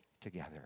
together